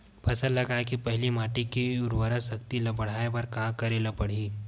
फसल लगाय के पहिली माटी के उरवरा शक्ति ल बढ़ाय बर का करेला पढ़ही?